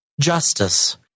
Justice